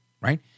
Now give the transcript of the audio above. right